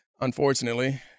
Unfortunately